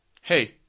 Hey